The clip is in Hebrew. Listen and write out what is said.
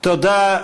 תודה.